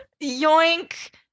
Yoink